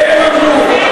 מה אתה אומר?